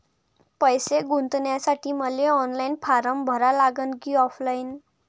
पैसे गुंतन्यासाठी मले ऑनलाईन फारम भरा लागन की ऑफलाईन?